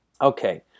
Okay